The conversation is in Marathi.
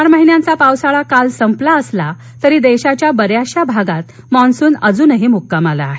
चार महिन्यांचा पावसाळा काल संपला असला तरी देशाच्या बर्यातचशा भागात मान्सून अजून मुक्कामाला आहे